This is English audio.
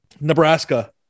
Nebraska